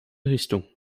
richtung